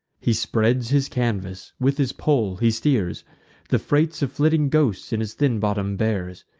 he spreads his canvas with his pole he steers the freights of flitting ghosts in his thin bottom bears.